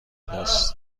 است